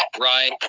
right